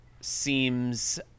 seems